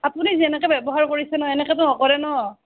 আপুনি যেনেকে ব্যৱহাৰ কৰিছে তেনেকেতো নকৰে ন